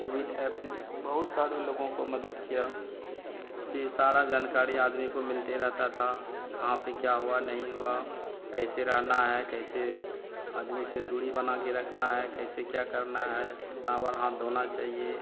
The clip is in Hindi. कोविड एप ने बहुत सारे लोगों को मदद किया इससे सारी जानकारी आदमी को मिलते रहती थी कहाँ पर क्या हुआ नहीं हुआ कैसे रहना है कैसे आदमी से दूरी बनाकर रखना है कैसे क्या करना है कितनी बार हाथ धोना चाहिए